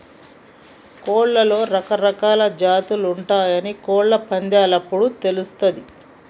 కోడ్లలో రకరకాలా జాతులు ఉంటయాని కోళ్ళ పందేలప్పుడు తెలుస్తది